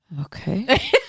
Okay